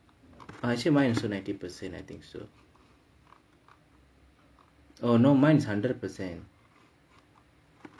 I see mine also ninety percent I think so oh no mine is hundred percent